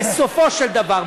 בסופו של דבר,